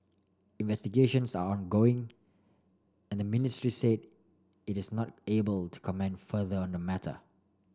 investigations are ongoing and the ministry said it is not able to comment further on the matter